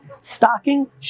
Stocking